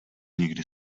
někdy